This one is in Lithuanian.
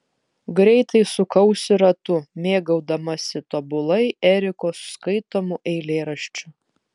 greitai sukausi ratu mėgaudamasi tobulai eriko skaitomu eilėraščiu